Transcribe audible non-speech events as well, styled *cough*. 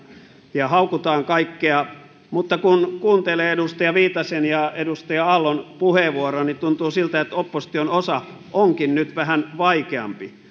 ja haukutaan kaikkia mutta kun kuuntelee edustaja viitasen ja edustaja aallon puheenvuoroja niin tuntuu siltä että opposition osa onkin nyt vähän vaikeampi *unintelligible*